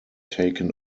taken